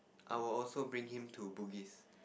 I will also bring him to Bugis